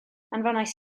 anfonais